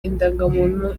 indangamuntu